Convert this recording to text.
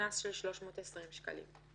320 שקלים.